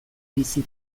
bizi